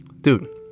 Dude